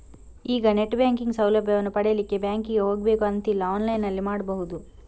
ಈಗ net banking ಸೌಲಭ್ಯವನ್ನು ಪಡೀಲಿಕ್ಕೆ ಬ್ಯಾಂಕಿಗೆ ಹೋಗ್ಬೇಕು ಅಂತಿಲ್ಲ ಆನ್ಲೈನಿನಲ್ಲಿ ಮಾಡ್ಬಹುದು